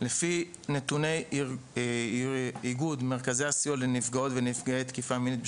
לפי נתוני איגוד מרכזי הסיוע לנפגעות ונפגעי תקיפה מינית,